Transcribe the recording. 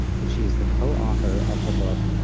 and she's the co author of the book,